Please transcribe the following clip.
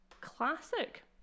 Classic